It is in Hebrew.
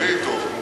דברי אתו,